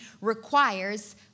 requires